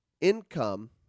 income